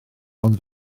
ond